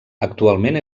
actualment